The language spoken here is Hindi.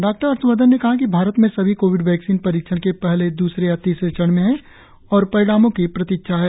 डॉक्टर हर्षवर्धन ने कहा कि भारत में सभी कोविड वैक्सीन परीक्षण के पहले दूसरे या तीसरे चरण में हैं और परिणामों की प्रतीक्षा है